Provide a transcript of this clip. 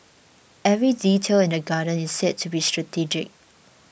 every detail in the garden is said to be strategic